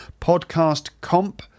Podcastcomp